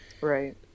right